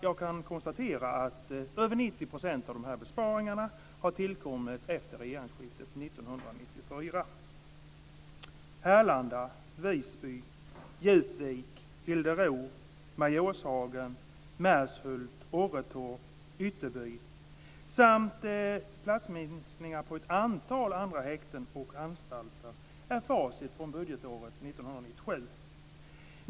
Jag kan konstatera att över 90 % av dessa besparingar har tillkommit efter regeringsskiftet Djupvik, Hildero, Majorshagen, Mäshult, Orretorp och Ytterby samt platsminskningar på ett antal andra häkten och anstalter är facit från budgetåret 1997.